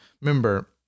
Remember